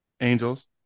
angels